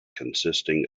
consisting